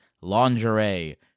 lingerie